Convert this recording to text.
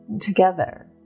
Together